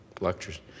lectures